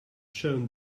shown